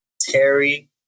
Terry